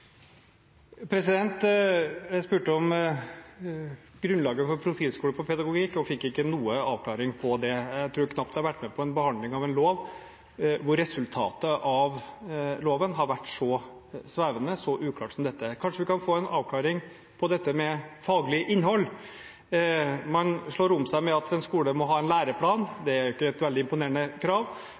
forbedre. Jeg spurte om grunnlaget for profilskole og pedagogikk, men fikk ikke noen avklaring på det. Jeg tror knapt jeg har vært med på en behandling av en lov hvor resultatet av loven har vært så svevende, så uklart, som dette. Kanskje vi kan få en avklaring på dette med faglig innhold. Man slår om seg med at en skole må ha en læreplan – det er ikke et veldig imponerende krav.